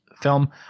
film